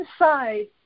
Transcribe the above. inside